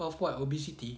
of what obesity